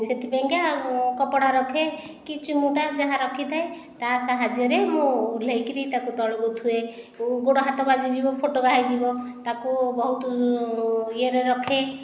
ସେଥିପାଇଁକା କପଡ଼ା ରଖେ କି ଚିମୁଟା ଯାହା ରଖିଥାଏ ତାହା ସାହାଯ୍ୟରେ ମୁଁ ଓହ୍ଲାଇକରି ତାକୁ ତଳକୁ ଥୁଏ ଗୋଡ଼ ହାତ ବାଜିଯିବ ଫୋଟକା ହୋଇଯିବ ତାକୁ ବହୁତ ଇଏରେ ରଖେ